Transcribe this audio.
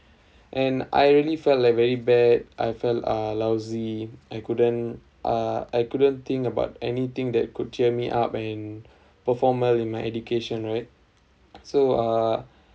and I really felt like very bad I felt uh lousy I couldn't uh I couldn't think about anything that could cheer me up and perform well in my education right so uh